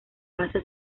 base